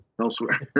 elsewhere